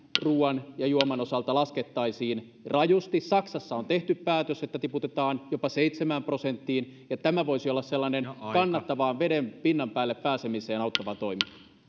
ruoan ja juoman osalta laskettaisiin rajusti saksassa on tehty päätös että se tiputetaan jopa seitsemään prosenttiin ja tämä voisi olla sellainen kannattava veden pinnan päälle pääsemiseen auttava toimi